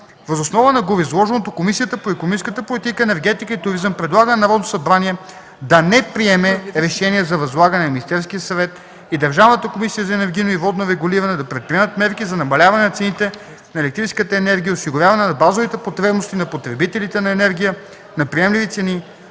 Въз основа на гореизложеното Комисията по икономическата политика, енергетика и туризъм предлага на Народното събрание да не приеме Решение за възлагане на Министерския съвет и Държавната комисия за енергийно и водно регулиране да предприемат мерки за намаляване на цените на електрическата енергия и осигуряване на базовите потребности на потребителите на енергия на приемливи цени,